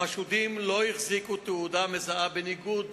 החשודים לא החזיקו תעודה מזהה, בניגוד